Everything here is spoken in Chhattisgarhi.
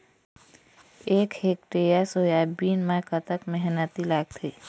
एक हेक्टेयर सोयाबीन म कतक मेहनती लागथे?